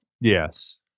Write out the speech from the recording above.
Yes